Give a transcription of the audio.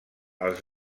els